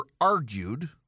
argued